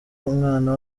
umwana